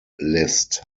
list